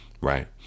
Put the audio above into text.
right